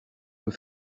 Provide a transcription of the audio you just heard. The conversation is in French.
peut